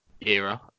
era